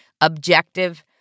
objective